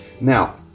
Now